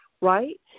right